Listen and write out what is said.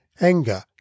anger